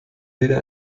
weder